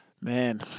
Man